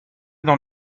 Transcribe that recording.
dans